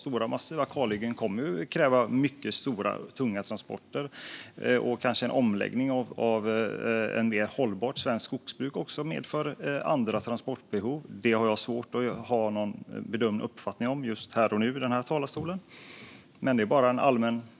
Sådana kalhyggen kommer att kräva många stora och tunga transporter, men en omläggning till ett mer hållbart svenskt skogsbruk kanske medför andra transportbehov. Jag har svårt att ha någon uppfattning om detta här och nu i talarstolen, men det var en allmän fundering.